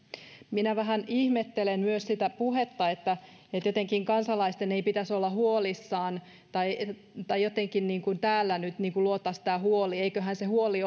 minä vähän ihmettelen myös sitä puhetta että kansalaisten ei jotenkin pitäisi olla huolissaan tai tai että täällä nyt luotaisiin tämä huoli eiköhän se huoli